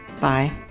Bye